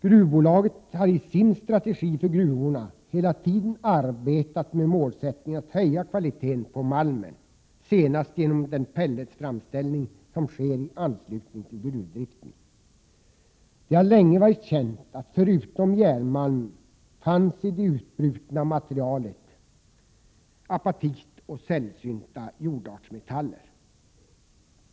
Gruvbolaget har i sin strategi för gruvorna hela tiden arbetat med målsättningen att höja kvaliteten på malmen, senast genom den pelletsframställning som sker i anslutning till gruvdriften. Det har länge varit känt att förutom järnmalm finns i det utbrutna materialet apatit och sällsynta jordartsmetaller.